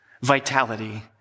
Vitality